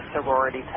sorority